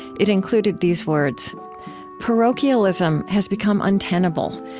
it included these words parochialism has become untenable.